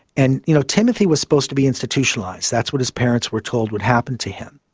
and you know timothy was supposed to be institutionalised, that's what his parents were told would happen to him.